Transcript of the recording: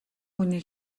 хүний